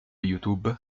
youtube